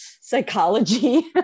psychology